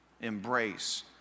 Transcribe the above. embrace